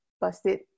busted